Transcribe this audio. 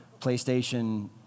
PlayStation